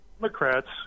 Democrats